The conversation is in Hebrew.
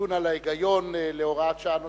בדיון על ההיגיון להוראת שעה נוספת,